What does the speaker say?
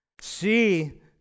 See